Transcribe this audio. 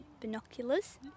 binoculars